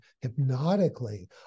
hypnotically